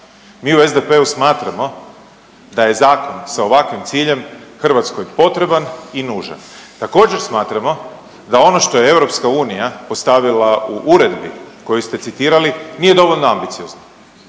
mi u SDP-u smatramo da je zakon sa ovakvim ciljem Hrvatskoj potreban i nužan. Također smatramo da ono što je EU postavila u uredbi koju ste citirali nije dovoljno ambiciozna.